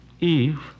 Eve